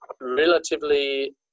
relatively